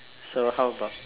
so how about